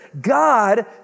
God